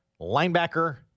linebacker